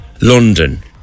London